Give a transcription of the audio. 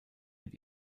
mit